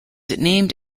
named